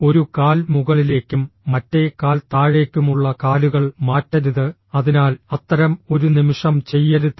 ഒരു കാൽ മുകളിലേക്കും മറ്റേ കാൽ താഴേക്കുമുള്ള കാലുകൾ മാറ്റരുത് അതിനാൽ അത്തരം ഒരു നിമിഷം ചെയ്യരുത്